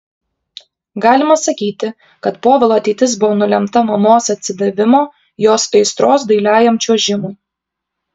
galima sakyti kad povilo ateitis buvo nulemta mamos atsidavimo jos aistros dailiajam čiuožimui